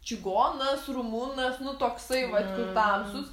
čigonas rumunas nu toksai vat kur tamsūs